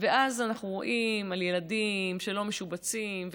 ואז אנחנו רואים ילדים שלא משובצים,